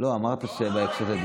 לא חשבתי, חס וחלילה.